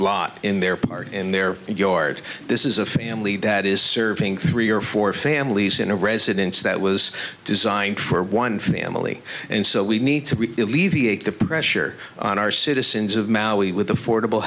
lot in their part in their yard this is a family that is serving three or four families in a residence that was designed for one family and so we need to leave the pressure on our citizens of maui with affordable